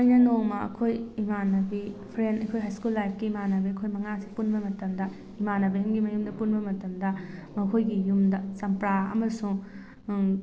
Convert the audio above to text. ꯑꯩꯅ ꯅꯣꯡꯃ ꯑꯩꯈꯣꯏ ꯏꯃꯥꯟꯅꯕꯤ ꯐ꯭ꯔꯦꯟ ꯑꯩꯈꯣꯏ ꯍꯥꯏ ꯁ꯭ꯀꯨꯜ ꯂꯥꯏꯞꯀꯤ ꯏꯃꯥꯟꯅꯕꯤ ꯑꯩꯈꯣꯏ ꯃꯉꯥꯁꯦ ꯄꯨꯟꯕ ꯃꯇꯝꯗ ꯏꯃꯥꯟꯅꯕꯤ ꯑꯃꯒꯤ ꯃꯌꯨꯝꯗ ꯄꯨꯟꯕ ꯃꯇꯝꯗ ꯃꯈꯣꯏꯒꯤ ꯌꯨꯝꯗ ꯆꯝꯄ꯭ꯔꯥ ꯑꯃꯁꯨꯡ